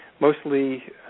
mostly